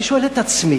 גם חברי כנסת.